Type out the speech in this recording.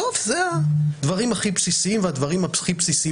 בסוף זה הדברים הכי בסיסיים והדברים בסיסיים